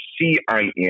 C-I-N